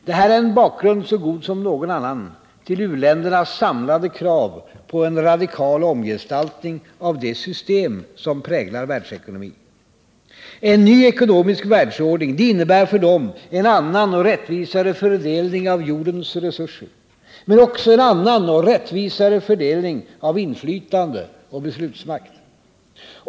Det här är en bakgrund så god som någon annan till u-ländernas samlade krav på en radikal omgestaltning av det system, som präglar världsekonomin. En ny ekonomisk världsordning — det innebär för dem en annan och rättvisare fördelning av jordens resurser, men också en annan och rättvisare fördelning av inflytande och beslutsmakt.